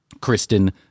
Kristen